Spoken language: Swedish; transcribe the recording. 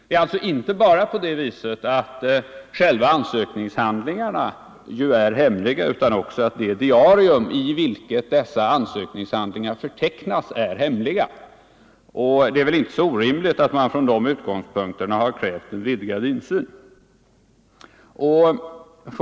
Det är alltså inte bara på det viset att själva ansökningshandlingarna är hemliga, utan också det diarium i vilket dessa ansökningshandlingar förtecknas är hemligt. Det är inte så orimligt att man från de utgångspunkterna har krävt en vidgad insyn.